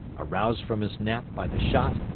aroused from his nap by the shot,